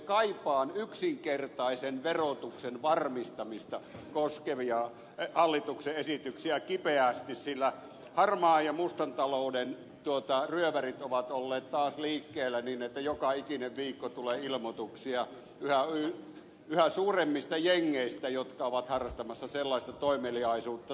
kaipaan yksinkertaisen verotuksen varmistamista koskevia hallituksen esityksiä kipeästi sillä harmaan ja mustan talouden ryövärit ovat olleet taas liikkeellä niin että joka ikinen viikko tulee ilmoituksia yhä suuremmista jengeistä jotka ovat harrastamassa sellaista toimeliaisuutta